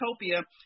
utopia